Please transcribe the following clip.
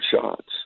shots